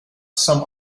some